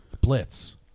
Blitz